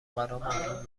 ممنوع